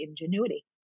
Ingenuity